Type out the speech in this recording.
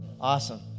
Awesome